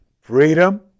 freedom